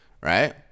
right